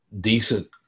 decent